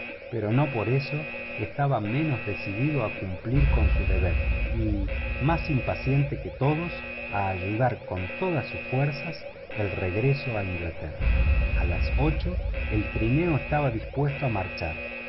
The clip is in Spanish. pero no por eso estaba menos decidido a cumplir con su deber y más impaciente que todos a ayudar con todas sus fuerzas el regreso a inglaterra a las ocho el trineo estaba dispuesto a marchar